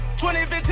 2015